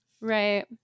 right